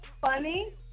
funny